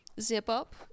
zip-up